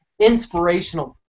inspirational